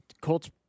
Colts